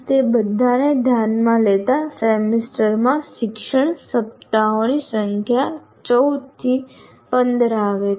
તે બધાને ધ્યાનમાં લેતા સેમેસ્ટરમાં શિક્ષણ સપ્તાહોની સંખ્યા 14 થી 15 આવે છે